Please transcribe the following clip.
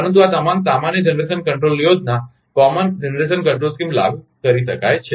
પરંતુ આ તમામ સામાન્ય જનરેશન કંટ્રોલ યોજના લાગુ કરી શકાય છે